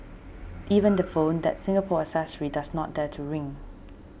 even the phone that Singapore accessory does not dare to ring